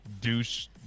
douche